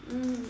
mm